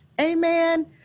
Amen